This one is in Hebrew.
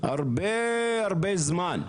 הרבה הרבה זמן.